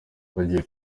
bagiye